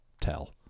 tell